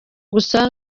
gusa